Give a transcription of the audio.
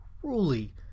truly